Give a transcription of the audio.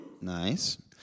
Nice